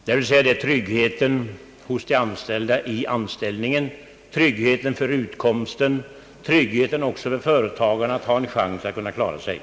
Det gäller trygghet för de anställda i deras anställningar, trygghet för utkomsi och även trygghet för företagen, som bör få en chans att klara sig.